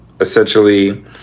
essentially